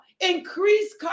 increase